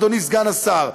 אדוני סגן השר?